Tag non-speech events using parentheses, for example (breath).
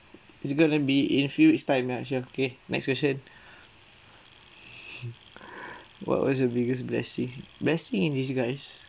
it's gonna be in few weeks time ya sure okay next question (breath) what was your biggest blessing blessing in disguise